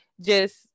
just-